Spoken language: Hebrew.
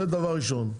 זה דבר ראשון.